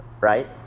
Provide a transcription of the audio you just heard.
right